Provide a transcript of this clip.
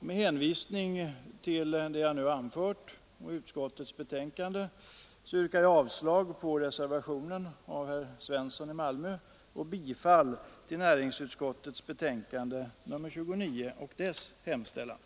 Med hänvisning till det jag nu anfört och till utskottets betänkande yrkar jag avslag på reservationen av herr Svensson i Malmö och bifall till näringsutskottets hemställan i dess betänkande nr 29.